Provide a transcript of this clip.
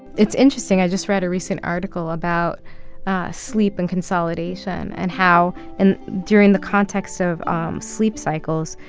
it's interesting. i just read a recent article about sleep and consolidation and how and during the context of um sleep cycles,